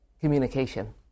communication